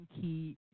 key